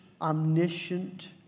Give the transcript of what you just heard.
omniscient